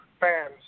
fans